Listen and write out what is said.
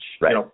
Right